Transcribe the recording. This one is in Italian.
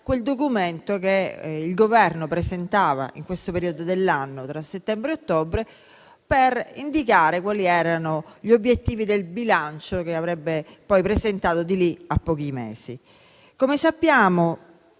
quel documento che il Governo presentava in questo periodo dell'anno, tra settembre e ottobre, per indicare quali erano gli obiettivi del disegno di bilancio che avrebbe poi presentato di lì a pochi mesi. Come sappiamo,